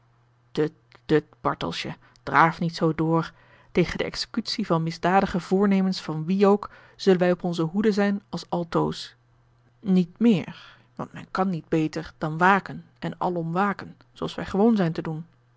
tut tut bartelsje draaf niet zoo door tegen de executie van misdadige voornemens van wie ook zullen wij op oussaint e elftsche hoede zijn als altoos niet meer want men kan niet beter dan waken en alom waken zooals wij gewoon zijn te doen